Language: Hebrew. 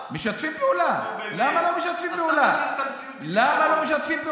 מי משתף פעולה במה שקרה?